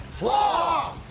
flaw!